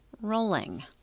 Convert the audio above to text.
rolling